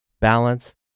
balance